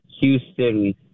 Houston